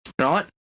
right